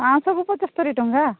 ପାଞ୍ଚଶହକୁ ପଞ୍ଚସ୍ତରି ଟଙ୍କା